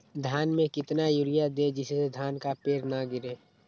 धान में कितना यूरिया दे जिससे धान का पेड़ ना गिरे?